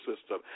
system